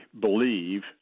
believe